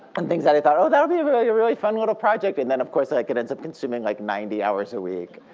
and things that i thought, oh, that would be a really a really fun little project, and then of course like it ends up consuming like ninety hours a week.